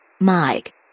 Mike